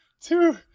Two